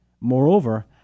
Moreover